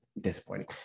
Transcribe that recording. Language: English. disappointing